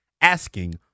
asking